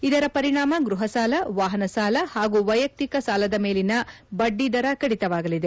ಇದರ ಪರಿಣಾಮ ಗ್ಲಹ ಸಾಲ ವಾಹನ ಸಾಲ ಹಾಗೂ ವೈಯಕ್ಕಿಕ ಸಾಲದ ಮೇಲಿನ ಬಡ್ಡಿದರ ಕಡಿತವಾಗಲಿದೆ